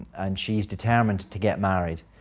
and she's determined to get married